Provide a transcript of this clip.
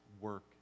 work